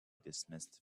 dismissed